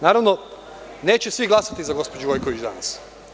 Naravno, neće svi glasati za gospođu Gojković danas.